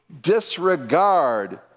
disregard